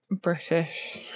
British